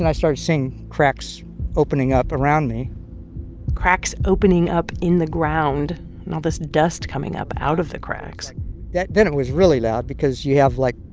and started seeing cracks opening up around me cracks opening up in the ground and all this dust coming up out of the cracks then then it was really loud because you have, like,